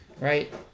right